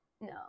no